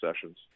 sessions